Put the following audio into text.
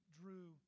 drew